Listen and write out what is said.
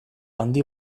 handi